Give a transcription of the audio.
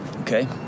Okay